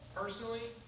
personally